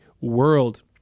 world